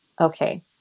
okay